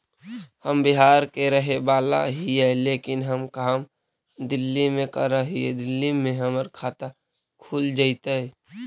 हम बिहार के रहेवाला हिय लेकिन हम काम दिल्ली में कर हिय, दिल्ली में हमर खाता खुल जैतै?